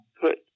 put